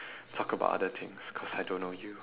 talk about other things cause I don't know you